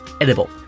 edible